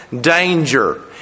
danger